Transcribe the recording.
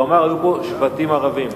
הוא אמר שהיו פה שבטים ערבים.